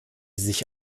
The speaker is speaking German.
sich